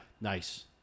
Nice